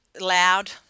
Loud